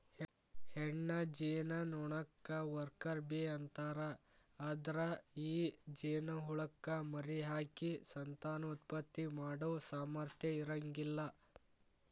ಹೆಣ್ಣ ಜೇನನೊಣಕ್ಕ worker bee ಅಂತಾರ, ಅದ್ರ ಈ ಜೇನಹುಳಕ್ಕ ಮರಿಹಾಕಿ ಸಂತಾನೋತ್ಪತ್ತಿ ಮಾಡೋ ಸಾಮರ್ಥ್ಯ ಇರಂಗಿಲ್ಲ